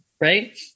right